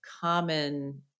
common